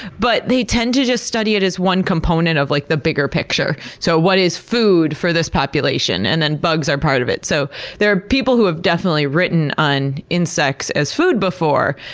but they tend to study it as one component of like the bigger picture. so, what is food for this population? and then bugs are part of it. so there are people who have definitely written on insects as food before.